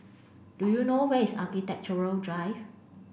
do you know where is Architecture Drive